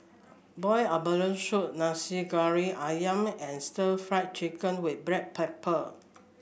Boiled Abalone Soup Nasi Goreng ayam and Stir Fried Chicken with Black Pepper